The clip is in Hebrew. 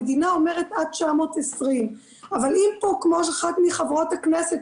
המדינה אומרת: עד 920. אבל כפי ששאלה פה אחת מחברות הכנסת,